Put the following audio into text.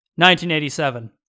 1987